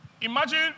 Imagine